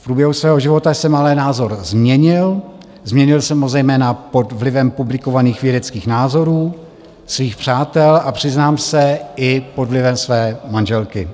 V průběhu svého života jsem ale názor změnil, změnil jsem ho zejména pod vlivem publikovaných vědeckých názorů, svých přátel, a přiznám se, i pod vlivem své manželky.